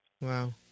Wow